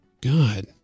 god